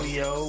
yo